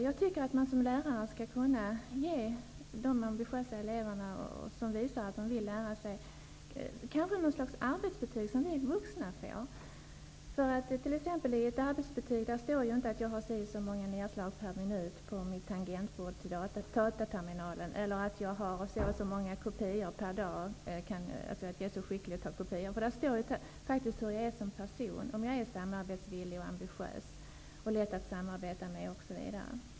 Jag tycker att man som lärare skall kunna ge de ambitiösa elever som visar att de vill lära sig ett slags arbetsbetyg som vi vuxna får. I ett arbetsbetyg står det t.ex. inte att jag gör si och så många nedslag per minut på mitt tangentbord på dataterminalen eller att jag gör så och så många kopior per dag, utan där står det faktiskt hur jag är som person -- om jag är samarbetsvillig och ambitiös och om jag är lätt att samarbeta med, osv.